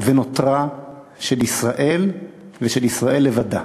ונותרה של ישראל, ושל ישראל לבדה.